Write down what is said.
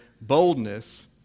boldness